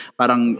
parang